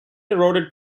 eroded